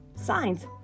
signs